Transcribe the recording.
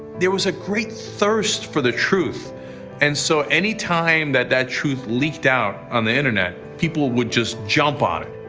there was a great thirst for the truth and so anytime that that truth leaked out on the internet people would just jump on it.